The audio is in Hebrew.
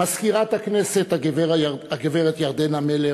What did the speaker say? מזכירת הכנסת הגברת ירדנה מלר,